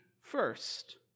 first